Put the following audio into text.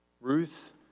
Ruth